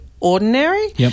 Ordinary